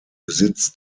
besitz